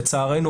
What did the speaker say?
לצערנו,